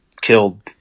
killed